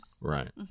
right